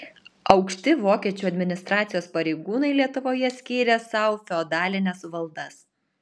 aukšti vokiečių administracijos pareigūnai lietuvoje skyrė sau feodalines valdas